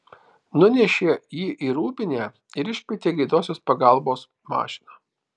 nunešė jį į rūbinę ir iškvietė greitosios pagalbos mašiną